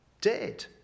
dead